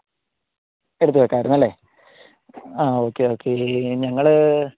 എടുത്ത് വെക്കാമായിരുന്നല്ലേ ആ ഓക്കെ ഓക്കെ ഈ ഞങ്ങൾ